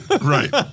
Right